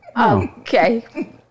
Okay